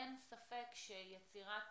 אין ספק שיצירת